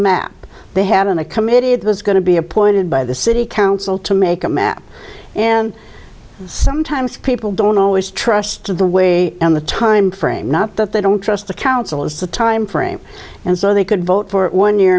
map they had on a committee it was going to be appointed by the city council to make a map and sometimes people don't always trust the way and the time frame not that they don't trust the council as to time frame and so they could vote for one year